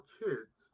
kids